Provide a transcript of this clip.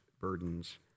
burdens